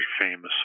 famous